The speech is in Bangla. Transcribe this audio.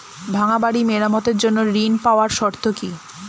ভাঙ্গা বাড়ি মেরামতের জন্য ঋণ পাওয়ার শর্ত কি?